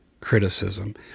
criticism